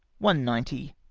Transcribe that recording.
one ninety,